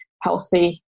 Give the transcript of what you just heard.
healthy